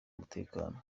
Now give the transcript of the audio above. umutekano